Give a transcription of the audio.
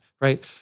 right